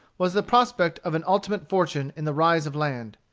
was the prospect of an ultimate fortune in the rise of land.